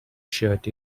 shirt